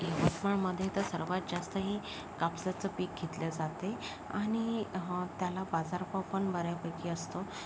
यवतमाळमध्ये तर सर्वात जास्त हे कापसाचं पीक घेतल्या जाते आणि त्याला बाजारभावपण बऱ्यापैकी असतो